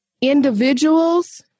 individuals